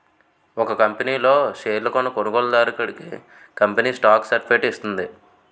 ఒక కంపనీ లో షేర్లు కొన్న కొనుగోలుదారుడికి కంపెనీ స్టాక్ సర్టిఫికేట్ ఇస్తుంది